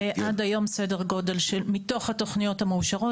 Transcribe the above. סדר-גודל מתוך התוכניות המאושרות,